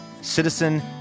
citizen